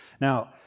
Now